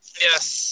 Yes